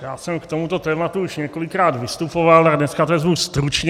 Já jsem k tomuto tématu už několikrát vystupoval, tak dneska to vezmu stručněji.